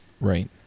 Right